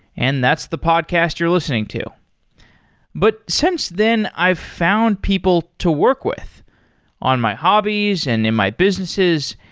and that's the podcast you're listening to but since then, i've found people to work with on my hobbies and in my businesses.